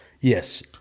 Yes